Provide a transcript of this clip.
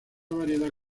variedad